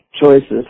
choices